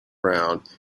round